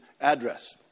address